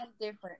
different